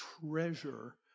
treasure